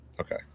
Okay